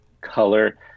color